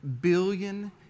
billion